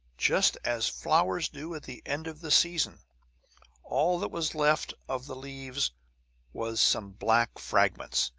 just as flowers do at the end of the season all that was left of the leaves was some black fragments,